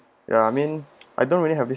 ya I mean I don't really have this